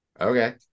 Okay